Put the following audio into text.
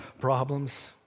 problems